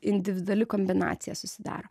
individuali kombinacija susidaro